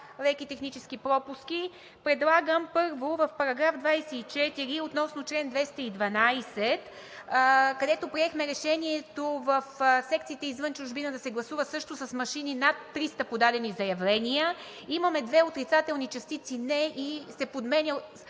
леки технически пропуски, предлагам, първо, в § 24 относно чл. 212, където приехме решението в секциите извън чужбина да се гласува също с машини над 300 подадени заявления, имаме две отрицателни частици „не“ и смисълът